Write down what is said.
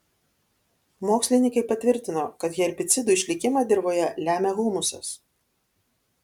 mokslininkai patvirtino kad herbicidų išlikimą dirvoje lemia humusas